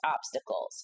obstacles